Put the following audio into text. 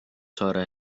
saare